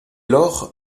lors